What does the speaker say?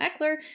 Eckler